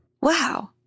wow